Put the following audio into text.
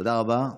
תודה רבה.